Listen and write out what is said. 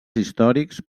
històrics